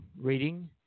reading